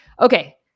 Okay